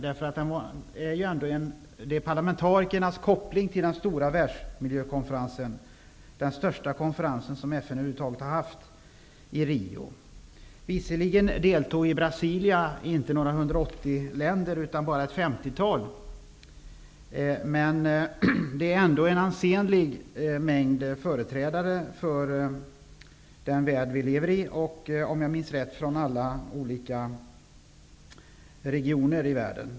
Det gäller ju ändå parlamentarikernas koppling till den stora världsmiljökonferensen i Rio, den största konferens som FN någonsin har haft. Visserligen deltog inte 180 länder i Brasilia utan bara ett femtiotal. Men där fanns ändå en ansenlig mängd företrädare för den värld som vi lever i. Om jag minns rätt kom det folk från alla regioner i världen.